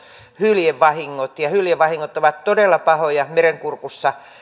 hyljevahingot hyljevahingot ovat todella pahoja merenkurkussa